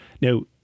Now